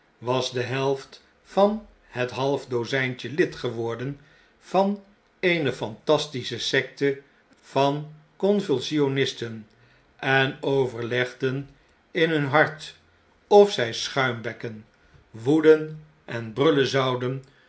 was de helft van het halfdozijntje lid geworden van eene fantastische sekte van convulsionisten en overlegden in hun hart of zij schuimbekken woeden en brullen zouden